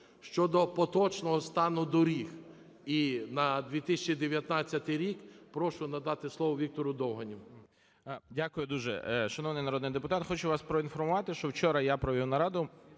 Щодо поточного стану доріг і на 2019 рік прошу надати слово Віктору Довганю.